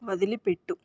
వదిలిపెట్టు